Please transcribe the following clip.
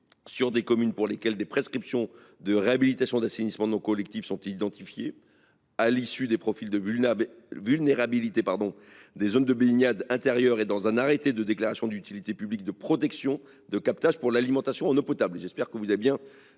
dans des communes pour lesquelles des prescriptions de réhabilitation d’assainissement non collectif sont identifiées à l’issue des profils de vulnérabilité des zones de baignade intérieures et dans un arrêté de déclaration d’utilité publique (DUP) de protection de captage pour l’alimentation en eau potable. Troisièmement, il doit